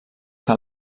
que